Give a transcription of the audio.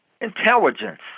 intelligence